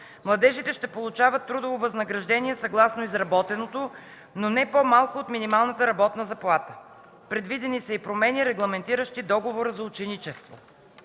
младежите ще получават трудово възнаграждение, съгласно изработеното, но не по-малко от минималната работна заплата. Предвидени са и промени, регламентиращи договора за ученичество.